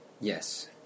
Yes